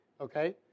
Okay